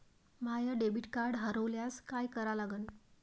माय debit card हरोल्यास काय करा लागन?